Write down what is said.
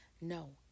No